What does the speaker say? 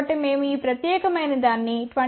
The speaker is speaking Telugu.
కాబట్టి మేము ఈ ప్రత్యేకమైన దాన్ని 22